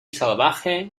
salvaje